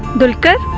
dulquer?